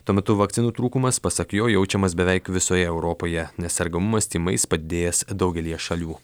tuo metu vakcinų trūkumas pasak jo jaučiamas beveik visoje europoje nes sergamumas tymais padidėjęs daugelyje šalių